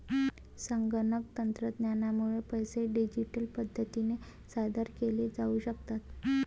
संगणक तंत्रज्ञानामुळे पैसे डिजिटल पद्धतीने सादर केले जाऊ शकतात